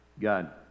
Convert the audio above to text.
God